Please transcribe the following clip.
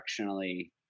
directionally